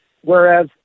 whereas